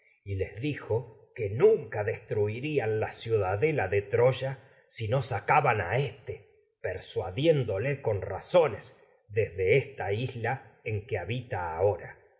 y les si dijo que nunca a destruirían la ciudadela de troya no sacaban éste persuadiéndole con razones desde esta isla en que habita ahora